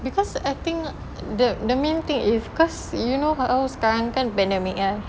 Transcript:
because I think the the main thing is cause you know how sekarang kan pandemic kan